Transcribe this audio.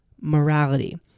morality